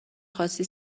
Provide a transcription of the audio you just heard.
خواستی